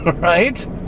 right